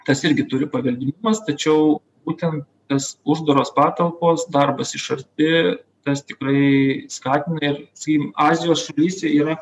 tas irgi turi paveldimumas tačiau būtent tas uždaros patalpos darbas iš arti tas tikrai skatina ir sakykim azijos šalyse yra